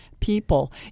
people